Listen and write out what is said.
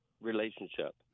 relationship